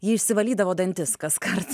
ji išsivalydavo dantis kaskart